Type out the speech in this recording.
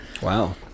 Wow